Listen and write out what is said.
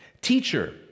Teacher